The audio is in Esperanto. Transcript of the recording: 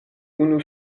unu